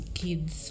kids